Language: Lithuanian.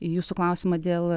į jūsų klausimą dėl